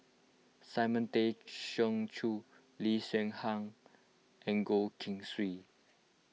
Simon Tay Seong Chee Lee Hsien Yang and Goh Keng Swee